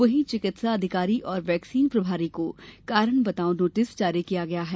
वहीं चिकित्सा अधिकारी और वैक्सीन प्रभारी को कारण बताओ नोटिस जारी किया गया है